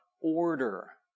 order